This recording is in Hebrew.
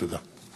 תודה.